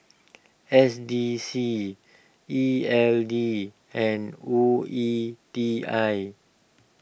S D C E L D and O E T I